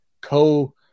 co